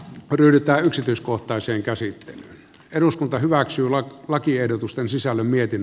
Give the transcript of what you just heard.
pyryttää yksityiskohtaisen käsittelyn eduskunta hyväksyy lakiehdotusten sisällä mietin